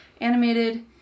animated